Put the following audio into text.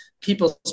people's